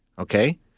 Okay